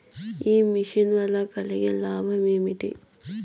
ఈ మిషన్ వల్ల కలిగే లాభాలు ఏమిటి?